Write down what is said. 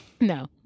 no